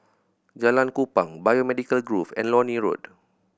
Jalan Kupang Biomedical Grove and Lornie Road